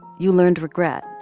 you learned regret.